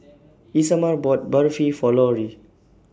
Isamar bought Barfi For Lorie